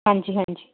ਹਾਂਜੀ ਹਾਂਜੀ